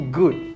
good